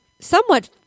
somewhat